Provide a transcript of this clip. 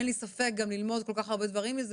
אין לי ספק גם ללמוד כל כך הרבה דברים מזה